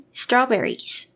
strawberries